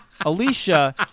Alicia